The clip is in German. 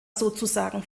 sozusagen